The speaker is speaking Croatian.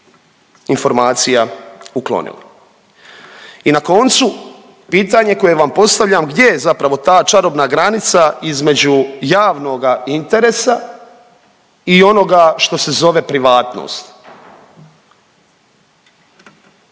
informacija uklonila? I na koncu pitanje koje vam postavljam, gdje je zapravo ta čarobna granica između javnoga interesa i onoga što se zove privatnost?